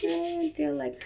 oh they'll like